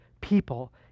people